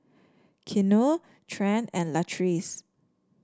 Keanu Trent and Latrice